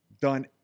done